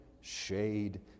shade